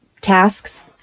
tasks